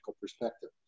perspective